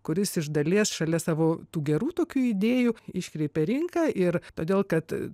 kuris iš dalies šalia savo tų gerų tokių idėjų iškreipia rinką ir todėl kad